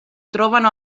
trovano